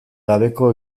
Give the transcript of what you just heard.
gabeko